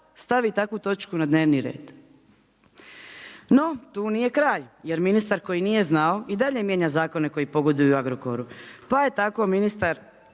stavi takvu točku na dnevni red. No, tu nije kraj jer ministar koji nije znao i dalje mijenja zakone koji pogoduju Agrokoru pa je tako ministar